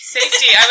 Safety